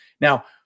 Now